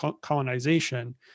colonization